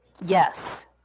Yes